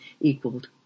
equaled